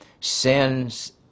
sins